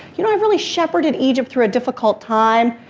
you know, i really shepherded egypt through a difficult time,